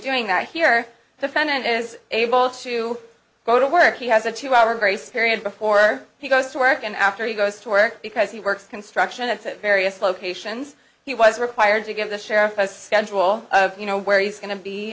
doing that here defendant is able to go to work he has a two hour grace period before he goes to work and after he goes to work because he works construction at that various locations he was required to give the sheriff a schedule you know where he's going to